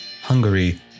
Hungary